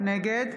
נגד